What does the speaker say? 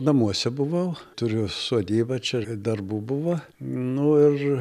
namuose buvau turiu sodybą čia ir darbų buvo nu ir